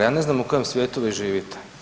Ja ne znam u kojem svijetu vi živite.